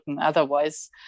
otherwise